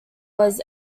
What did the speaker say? was